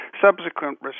subsequent